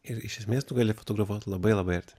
ir iš esmės tu gali fotografuot labai labai arti